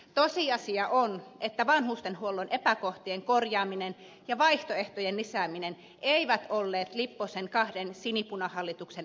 tosiasia on että vanhustenhuollon epäkohtien korjaaminen ja vaihtoehtojen lisääminen eivät olleet lipposen kahden sinipunahallituksen kärkihankkeiden joukossa